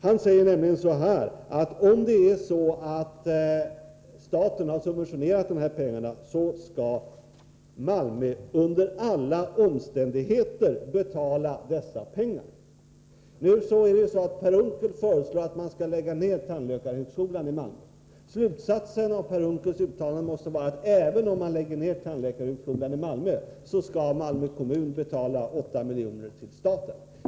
Han säger nämligen att om det är så, att staten har subventionerat beloppet i fråga, måste Malmö kommun under alla omständigheter betala tillbaka dessa pengar. Per Unckel har ju föreslagit att tandläkarhögskolan i Malmö läggs ned. Slutsatsen av hans resonemang måste därför vara att Malmö kommun skall betala tillbaka 8 milj.kr. till staten, även om tandläkarhögskolan där läggs ned.